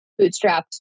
bootstrapped